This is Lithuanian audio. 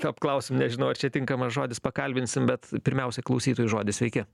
apklausim nežinau ar čia tinkamas žodis pakalbinsim bet pirmiausia klausytojui žodis sveiki